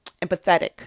empathetic